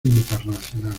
internacional